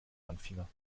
langfinger